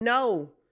no